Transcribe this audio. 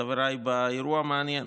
חבריי, באירוע מעניין: